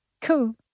Cool